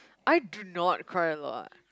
I do not cry a lot